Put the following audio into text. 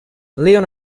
leon